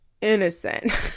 innocent